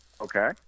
Okay